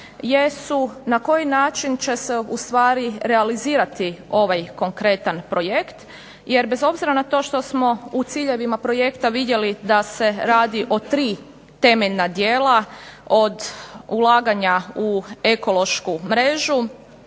jesu na koji način će se ustvari realizirati ovaj konkretan projekt jer bez obzira na to što smo u ciljevima projekta vidjeli da se radi o tri temeljna djela, od ulaganja u ekološku mrežu